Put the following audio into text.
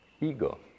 ego